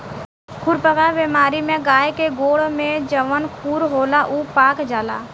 खुरपका बेमारी में गाय के गोड़ में जवन खुर होला उ पाक जाला